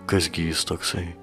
kas gi jis toksai